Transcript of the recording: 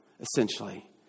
essentially